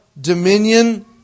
dominion